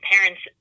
parents